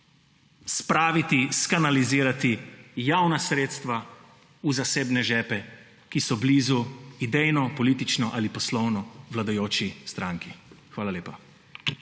spraviti, skanalizirati javna sredstva v zasebne žepe, ki so blizu idejno, politično ali poslovno vladajoči stranki. Hvala lepa.